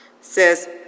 says